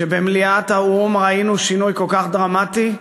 כשבמליאת האו"ם ראינו שינוי כל כך דרמטי,